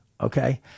okay